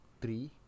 three